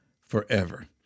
forever